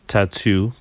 Tattoo